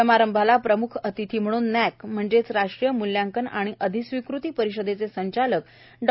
समारंभाला प्रमुख अतिथी म्हणून नॅक म्हणजेच राष्ट्रीय मूल्यांकन व अधिस्वीकृती परिषदेचे संचालक डॉ